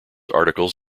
articles